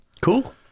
Cool